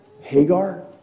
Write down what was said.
Hagar